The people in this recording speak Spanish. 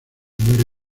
muere